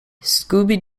scooby